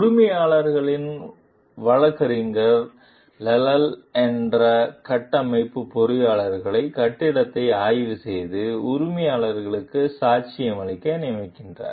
உரிமையாளரின் வழக்கறிஞர் லைல் என்ற கட்டமைப்பு பொறியாளரை கட்டிடத்தை ஆய்வு செய்து உரிமையாளருக்கு சாட்சியமளிக்க நியமிக்கிறார்